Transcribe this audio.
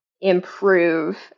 improve